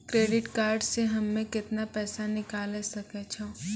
Credit card से हम्मे केतना पैसा निकाले सकै छौ?